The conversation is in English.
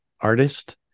artist